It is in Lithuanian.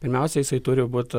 pirmiausia jisai turi būt